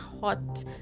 hot